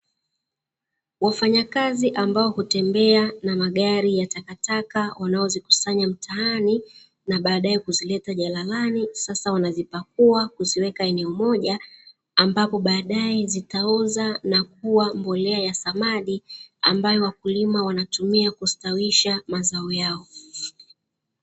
Wafanyakazi ambao hutembea na magari ya takataka wanaozikusanya mtaani na baadaye kuzileta jalalani, sasa wanazipakuwa kuziweka eneo moja ambapo baadaye zitaoza na kuwa mbolea ya samadi ambayo wakulima wanatumia kustawisha mazao yao.